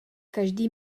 každý